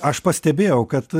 aš pastebėjau kad